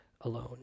alone